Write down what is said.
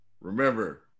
Remember